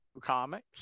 comics